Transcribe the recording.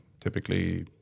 typically